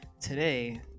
today